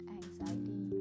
anxiety